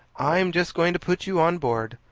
i'm just going to put you on board.